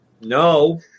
no